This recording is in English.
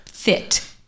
fit